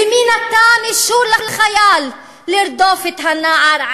ומי נתן לחייל אישור לרדוף את הנער,